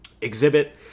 Exhibit